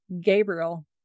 Gabriel